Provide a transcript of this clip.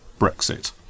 brexit